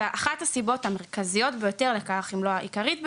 ואחת הסיבות המרכזיות, אם לא העיקרית ביותר,